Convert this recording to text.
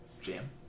jam